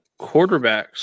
quarterbacks